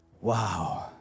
wow